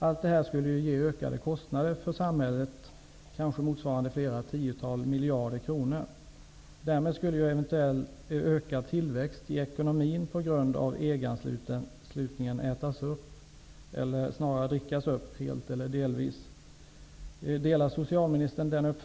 Allt detta skulle ge ökade kostnader för samhället kanske motsvarande flera tiotal miljarder kronor. Därmed skulle eventuell ökad tillväxt i ekonomin på grund av EG anslutningen ätas upp, eller snarare drickas upp, helt eller delvis.